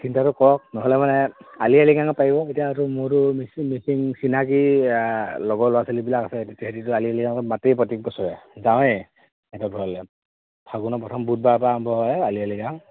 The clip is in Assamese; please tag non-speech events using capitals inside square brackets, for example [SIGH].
চিন্তাতো কৰক নহ'লে মানে আলিআইলিগাঙত পাৰিব এতিয়াতো মোৰো মিচি মিচিং চিনাকি লগৰ ল'ৰা ছোৱালীবিলাক আছে তেতিয়া সেইটো আলি আলিআইলিগাঙত যাৱেই প্ৰত্যেক বছৰে [UNINTELLIGIBLE] ফাগুনৰ প্ৰথম বুধবাৰৰ পৰা আৰম্ভ হয় আলি আলিআইলিগাং